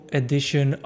edition